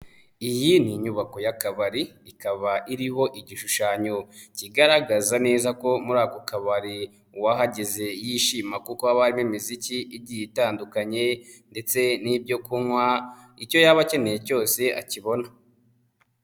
Iyi ni inyubako y'akabari ikaba iriho igishushanyo kigaragaza neza ko muri ako kabari uwahageze yishima kuko haba harimo imiziki igiye itandukanye ndetse n'ibyo kunywa, icyo yaba akeneye cyose akibona.